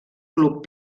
club